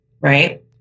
right